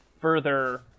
further